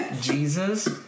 Jesus